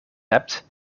hebt